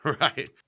Right